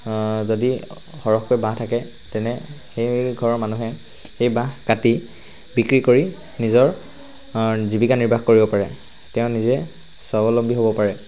যদি সৰহকৈ বাঁহ থাকে তেনে সেই ঘৰৰ মানুহে সেই বাঁহ কাটি বিক্ৰী কৰি নিজৰ জীৱিকা নিৰ্বাহ কৰিব পাৰে তেওঁ নিজে স্বাৱলম্বী হ'ব পাৰে